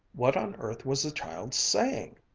what on earth was the child saying